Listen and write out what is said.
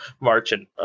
marching